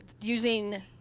using